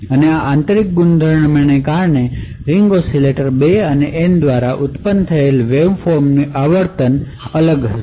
અને આ આંતરિક ગુણધર્મોને કારણે રીંગ ઓસિલેટર 2 અને N દ્વારા ઉત્પન્ન થયેલ વેવફોર્મની આવર્તન અલગ હશે